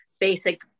basic